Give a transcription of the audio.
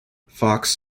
fox